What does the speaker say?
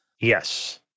Yes